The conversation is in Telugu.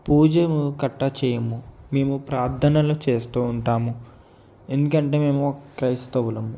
పూజ కట్ట చెయ్యము మేము ప్రార్ధనలు చేస్తూ ఉంటాము ఎందుకంటే మేము క్రైస్తవులము